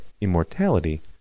immortality